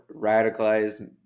radicalized